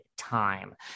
Time